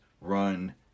run